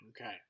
Okay